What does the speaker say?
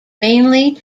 mainly